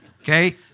okay